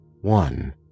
One